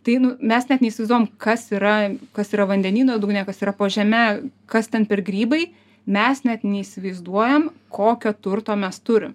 tai nu mes net neįsivaizduojam kas yra kas yra vandenyno dugne kas yra po žeme kas ten per grybai mes net neįsivaizduojam kokio turto mes turim